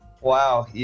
Wow